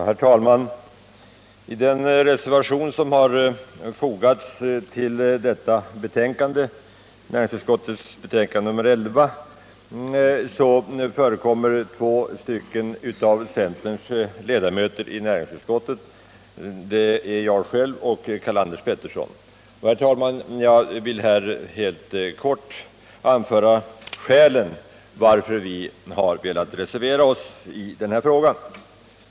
Herr talman! Till den reservation som har fogats till detta näringsutskottets betänkande nr 11 har två av centerns ledamöter anslutit sig, nämligen jag själv och Karl-Anders Petersson. Jag skall här helt kort anföra skälen till att vi har reserverat oss.